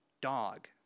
dog